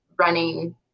running